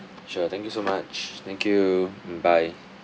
sure thank you so much thank you mm bye